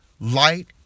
light